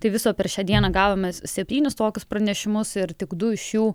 tai viso per šią dieną gavome septynis tokius pranešimus ir tik du iš jų